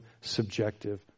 subjective